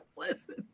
Listen